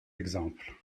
exemples